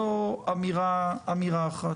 זו אמירה אחת.